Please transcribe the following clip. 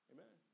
Amen